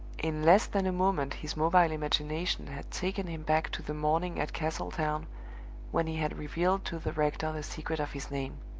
in less than a moment his mobile imagination had taken him back to the morning at castletown when he had revealed to the rector the secret of his name